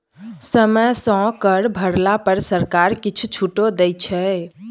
समय सँ कर भरला पर सरकार किछु छूटो दै छै